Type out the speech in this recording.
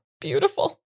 beautiful